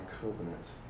covenant